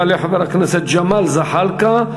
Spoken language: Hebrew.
יעלה חבר הכנסת ג'מאל זחאלקה,